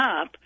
up